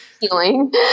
healing